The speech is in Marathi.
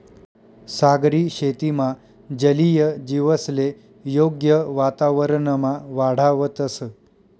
सागरी शेतीमा जलीय जीवसले योग्य वातावरणमा वाढावतंस